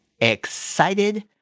EXCITED